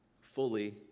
fully